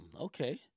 Okay